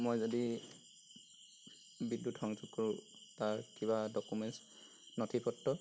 মই যদি বিদ্যুৎ সংযোগ কৰোঁ তাৰ কিবা ডকুমেণ্টছ নঠি পত্ৰ